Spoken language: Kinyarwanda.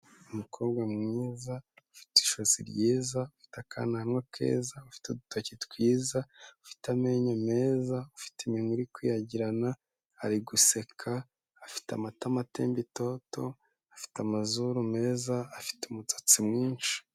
Umukobwa mwiza, ufite ijosi ryiza, ufite akananwa keza, ufite udutoki twiza, ufite amenyo meza, ufite iminwa iri kuyagirana ari guseka, afite amatama atemba itoto, afite amazuru meza, afite umusatsi mwinshi.